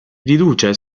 riduce